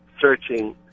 searching